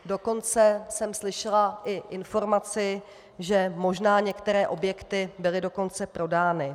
Dokonce jsem slyšela i informaci, že možná některé objekty byly dokonce prodány.